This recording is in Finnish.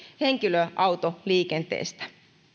henkilöautoliikenteestä